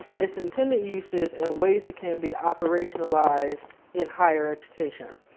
its intended uses and ways it can be operationalized in higher education.